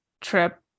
trip